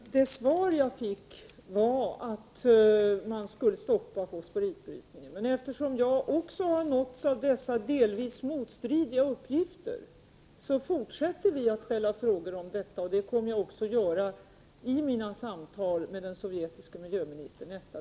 Fru talman! Det svar jag fick var att man skall stoppa fosforitbrytningen. 20 april 1989 Eftersom jag också har nåtts av dessa delvis motstridiga uppgifter fortsätter vi att ställa frågor om detta. Jag kommer självfallet också att göra det vid mina samtal med den sovjetiske miljöministern.